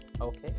okay